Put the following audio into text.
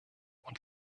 und